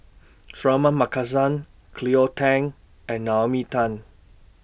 Suratman Markasan Cleo Thang and Naomi Tan